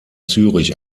zürich